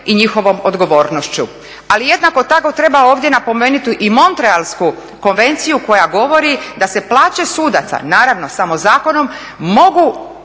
i njihovom odgovornošću. Ali jednako tako treba ovdje napomenuti i Montrealsku konvenciju koja govori da se plaće sudaca, naravno samo zakonom mogu